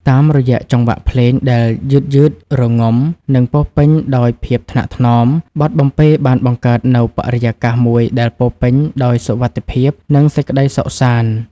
តាមរយៈចង្វាក់ភ្លេងដែលយឺតៗ រងំ និងពោរពេញដោយភាពថ្នាក់ថ្នម បទបំពេបានបង្កើតនូវបរិយាកាសមួយដែលពោរពេញដោយសុវត្ថិភាព និងសេចក្ដីសុខសាន្ត